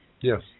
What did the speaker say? Yes